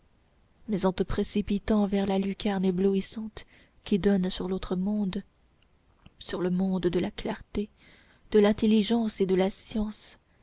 mais en te précipitant vers la lucarne éblouissante qui donne sur l'autre monde sur le monde de la clarté de l'intelligence et de la science